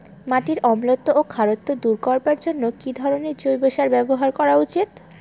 মাটির অম্লত্ব ও খারত্ব দূর করবার জন্য কি ধরণের জৈব সার ব্যাবহার করা উচিৎ?